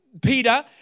Peter